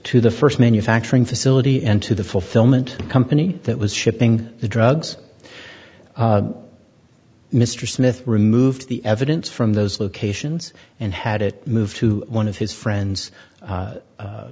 to the first manufacturing facility and to the fulfillment company that was shipping the drugs mr smith removed the evidence from those locations and had it moved to one of his friends